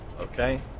Okay